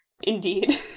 Indeed